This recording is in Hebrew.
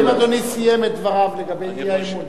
האם אדוני סיים את דבריו לגבי האי-אמון?